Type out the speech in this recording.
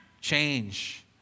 change